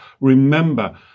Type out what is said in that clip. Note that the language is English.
Remember